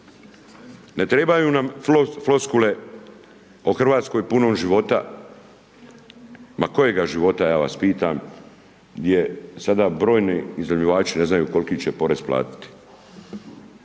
Ne trebaju na floskule o Hrvatskoj punoj života. Ma kojega života ja vas pitam. Gdje sada brojni iznajmljivači ne znaju koliki će porez platiti.